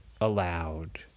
allowed